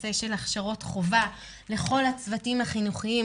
הנושא של הכשרות חובה לכל הצוותים החינוכיים